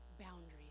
boundaries